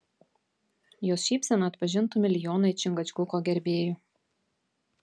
jos šypseną atpažintų milijonai čingačguko gerbėjų